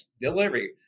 delivery